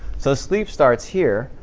so sleep starts here,